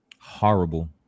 Horrible